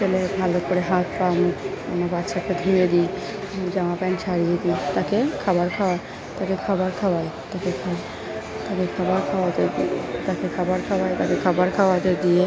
ছেলে ভালো করে হাত পা মুখ আমি বাচ্চাকে ধুয়ে দিই জামা প্যান্ট ছাড়িয়ে দিই তাকে খাবার তাকে খাবার খাওয়াই তাকে তাকে খাবার খাওয়াতে গিয়ে তাকে খাবার খাওয়াই তাকে খাবার খাওয়াতে গিয়ে